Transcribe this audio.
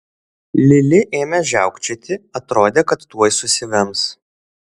lili ėmė žiaukčioti atrodė kad tuoj susivems